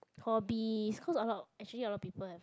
hobbies cause a lot actually a lot of people have